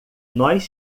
nós